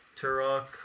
Turok